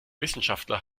wissenschaftler